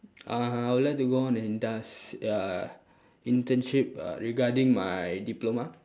uh I would like to go on an indus~ uh internship uh regarding my diploma